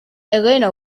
elena